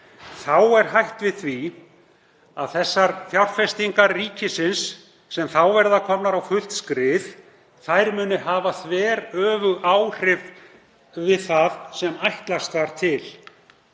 Þá er hætt við því að fjárfestingar ríkisins sem þá verða komnar á fullt skrið muni hafa þveröfug áhrif við það sem ætlast var til,